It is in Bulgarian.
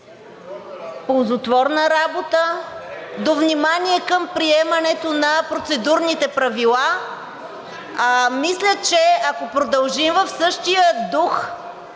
ползотворна работа, до внимание към приемането на процедурните правила. Мисля, че ако продължим в същия дух,